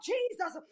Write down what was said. Jesus